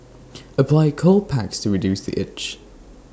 apply cold packs to reduce the itch